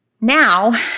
Now